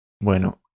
Bueno